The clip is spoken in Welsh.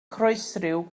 croesryw